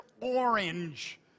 orange